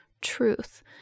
truth